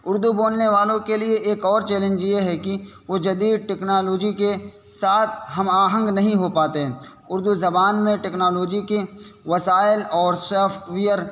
اردو بولنے والوں کے لیے ایک اور چیلنج یہ ہے کہ وہ جدید ٹکنالوجی کے ساتھ ہم آہنگ نہیں ہو پاتے ہیں اردو زبان میں ٹکنالوجی کے وسائل اور شافٹ ویئر